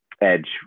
edge